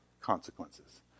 consequences